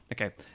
Okay